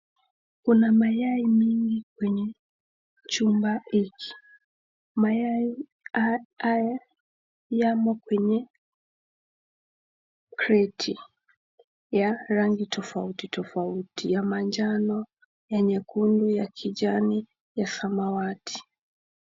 Kuna mayai mingi kwenye chumba hiki, mayai haya yamo kwenye kreti ya rangi tofauti tofauti ya manjano, ya nyekundu, ya kijani, ya samawati.